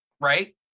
right